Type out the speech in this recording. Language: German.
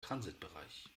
transitbereich